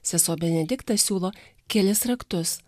sesuo benedikta siūlo kelis raktus